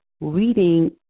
reading